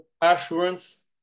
assurance